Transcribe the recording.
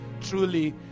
truly